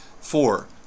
Four